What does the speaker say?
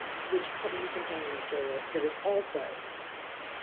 which probably contain material that is also outdated.